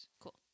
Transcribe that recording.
cool